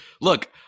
look